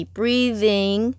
breathing